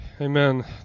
Amen